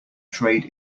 trade